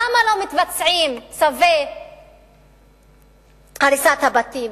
למה לא מתבצעים צווי הריסת הבתים.